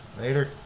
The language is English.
Later